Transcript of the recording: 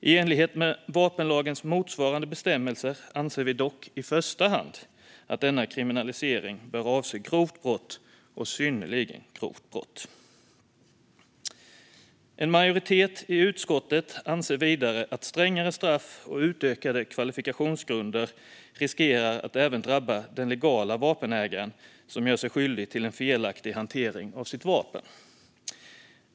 I enlighet med vapenlagens motsvarande bestämmelser anser vi dock, i första hand, att denna kriminalisering bör avse grovt brott och synnerligen grovt brott. En majoritet i utskottet anser vidare att strängare straff och utökade kvalifikationsgrunder riskerar att även drabba den legala vapenägare som gör sig skyldig till en felaktig hantering av sitt vapen.